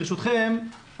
ברשותכם אני